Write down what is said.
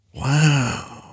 Wow